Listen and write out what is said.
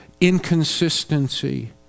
inconsistency